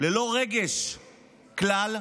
ללא רגש כלל,